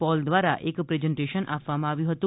Paul દ્વારા એક presentation આપવામાં આવ્યું હતું